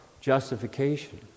justification